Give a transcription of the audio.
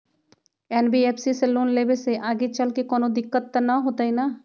NBFC से loan लेबे से आगेचलके कौनो दिक्कत त न होतई न?